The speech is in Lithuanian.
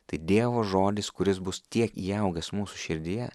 tai dievo žodis kuris bus tiek įaugęs mūsų širdyje